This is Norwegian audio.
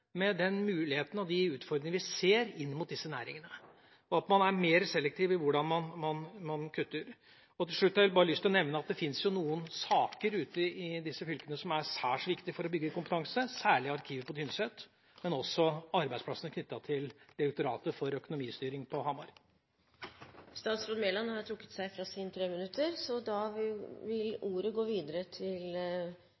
med den muligheten og de utfordringene vi ser inn mot disse næringene – at man altså er mer selektiv i hvordan man kutter. Til slutt har jeg lyst til å nevne at det fins noen saker ute i disse fylkene som er særs viktige for å bygge kompetanse, særlig arkivet på Tynset, men også arbeidsplassene knyttet til Direktoratet for økonomistyring på Hamar. Statsråd Mæland har trukket seg fra